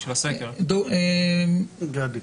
גדי,